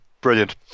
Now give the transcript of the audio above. Brilliant